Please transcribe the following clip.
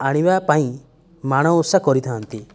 ଆଣିବା ପାଇଁ ମାଣ ଓଷା କରିଥାନ୍ତି